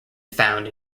found